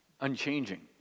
Unchanging